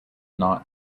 not